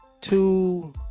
two